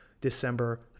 December